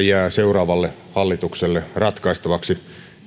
jää seuraavalle hallitukselle ratkaistavaksi